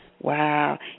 Wow